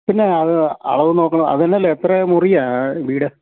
പിന്നെ അത് അളവുനോക്കണം അതു തന്നെയല്ല എത്ര മുറിയാണു വീട്